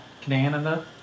Canada